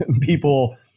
people